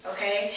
Okay